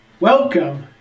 welcome